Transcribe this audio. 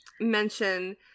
mention